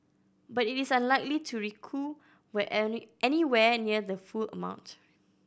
but it is unlikely to recoup anywhere near the full amount